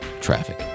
Traffic